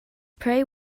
pray